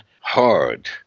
hard